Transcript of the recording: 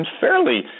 fairly